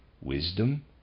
wisdom